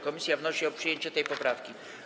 Komisja wnosi o przyjęcie tej poprawki.